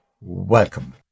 Welcome